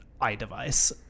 iDevice